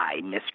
Mr